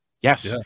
yes